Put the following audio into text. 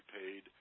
paid